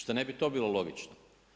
Šta ne bi to bilo logično?